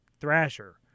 Thrasher